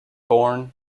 born